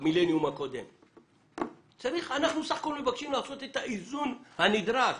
אנחנו בסך הכול רוצים לעשות את האיזון הנדרש.